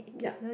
yup